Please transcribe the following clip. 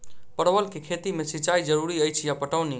परवल केँ खेती मे सिंचाई जरूरी अछि या पटौनी?